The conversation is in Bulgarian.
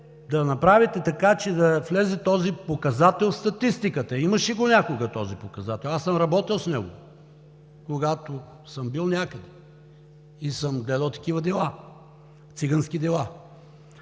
да направите така, че да влезе този показател в статистиката. Имаше го някога този показател, аз съм работил с него, когато съм бил някъде и съм гледал такива дела – цигански дела.